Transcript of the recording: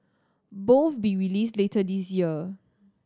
both be released later this year